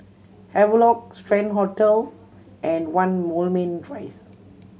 Havelock Strand Hotel and One Moulmein Rise